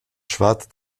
schwarze